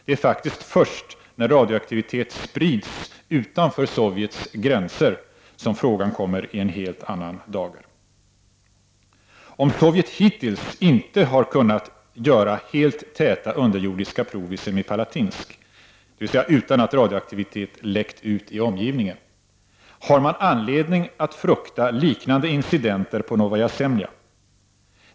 Det är faktiskt först när radioaktivitet sprids utanför Sovjets gränser som frågan kommer i en helt annan dager. Om Sovjet hittills inte har kunnat göra helt täta underjordiska prov i Semipalatinsk, dvs. utan att radioaktivitet läckt ut i omgivningen, har man anledning att frukta liknande incidenter på Novaja Zemlja.